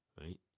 right